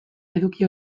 eduki